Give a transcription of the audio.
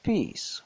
Peace